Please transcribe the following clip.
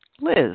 Liz